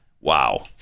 wow